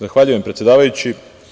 Zahvaljujem, predsedavajući.